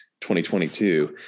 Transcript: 2022